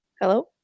Hello